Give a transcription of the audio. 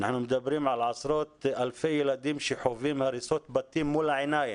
אנחנו מדברים על עשרות אלפי ילדים שחווים הריסות בתים מול העיניים.